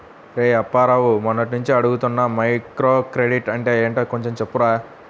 రేయ్ అప్పారావు, మొన్నట్నుంచి అడుగుతున్నాను మైక్రోక్రెడిట్ అంటే ఏంటో కొంచెం చెప్పురా